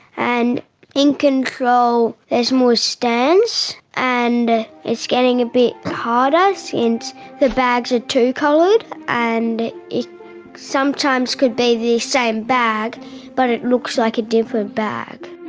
and in control there's more stands and it's getting a bit harder since and the bags are two-coloured and it sometimes could be the same bag but it looks like a different bag.